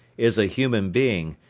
is a human being,